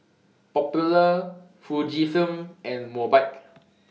Popular Fujifilm and Mobike